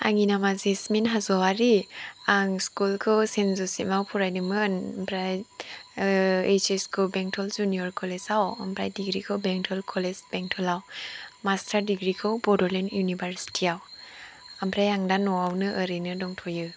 आंनि नामा जेसमिन हाज'वारि आं स्कुलखौ सेइन्ट जसेफआव फरायदोंमोन ओमफ्राय ओइस एसखौ बेंटल जुनियर कलेजआव ओमफ्राय डिग्रिखौ बेंटल कलेज बेंटलाव मास्टार डिग्रिखौ बडलेन्ड इउनिभारसिटिआव ओमफ्राय आं दा न'आवनो ओरैनो दंथ'यो